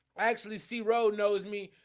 actually see road knows me,